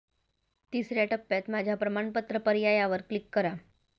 तिसर्या टप्प्यात माझ्या प्रमाणपत्र पर्यायावर क्लिक करा